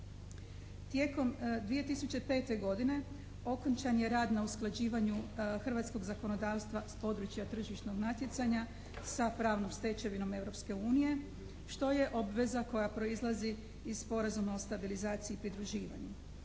Tijekom 2005. godine okončan je rad na usklađivanju hrvatskog zakonodavstva s područja tržišnog natjecanja sa pravnom stečevinom Europske unije što je obveza koja proizlazi iz Sporazuma o stabilizaciji i pridruživanju.